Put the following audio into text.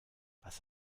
was